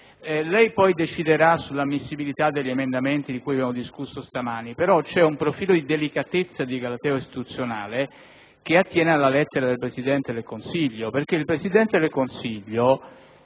Lei deciderà poi sull'ammissibilità degli emendamenti di cui abbiamo discusso stamani. Ma c'è un profilo di delicatezza e di galateo istituzionale che attiene alla lettera del Presidente del Consiglio il quale, dichiarandosi